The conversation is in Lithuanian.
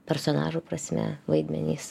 personažų prasme vaidmenys